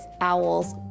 owls